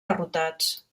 derrotats